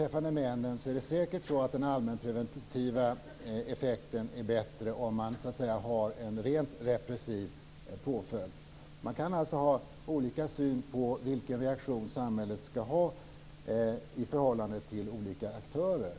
För männen är säkert den allmänpreventiva effekten bättre om det finns en rent repressiv påföljd. Det kan finnas olika uppfattning om vilken reaktion samhället skall ha i förhållande till olika aktörer.